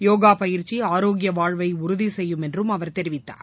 யோகா பயிற்சி ஆரோக்கிய வாழ்வை உறுதி செய்யும் என்றும் அவர் தெரிவித்தார்